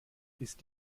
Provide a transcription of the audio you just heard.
ist